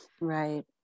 right